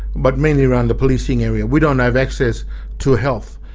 but mainly around the policing area. we don't have access to health,